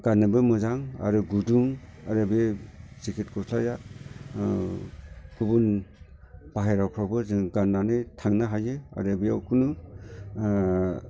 गाननोबो मोजां आरो गुदुं आरो बे जेकेट गस्लाया गुबुन बाहेराफ्रावबो जों गाननानै थांनो हायो आरो बेयाव खुनु